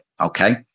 okay